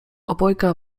obojga